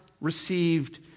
received